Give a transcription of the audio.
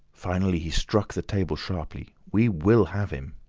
finally he struck the table sharply. we will have him!